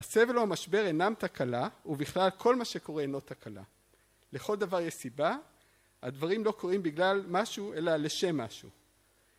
הסבל או המשבר אינם תקלה, ובכלל כל מה שקורה אינו תקלה. לכל דבר יש סיבה, הדברים לא קורים בגלל משהו, אלא לשם משהו.